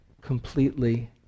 completely